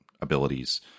abilities